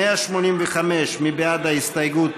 185, מי בעד ההסתייגות?